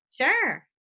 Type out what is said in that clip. sure